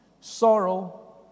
sorrow